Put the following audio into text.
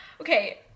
Okay